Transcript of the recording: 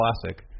Classic